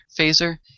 phaser